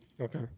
Okay